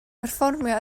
perfformio